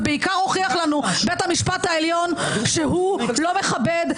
ובעיקר הוכיח לנו בית המשפט העליון שהוא לא מכבד,